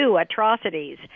atrocities